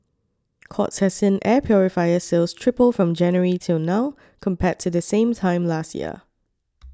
courts has seen air purifier sales triple from January till now compared to the same time last year